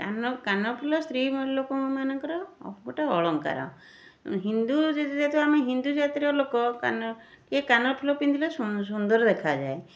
କାନ କାନଫୁଲ ସ୍ତ୍ରୀ ଲୋକମାନଙ୍କର ଗୋଟେ ଅଳଙ୍କାର ହିନ୍ଦୁ ଯେହେତୁ ଆମେ ହିନ୍ଦୁ ଜାତିର ଲୋକ କାନ ୟେ କାନଫୁଲ ପିନ୍ଧିଲେ ସୁନ୍ଦର ଦେଖାଯାଏ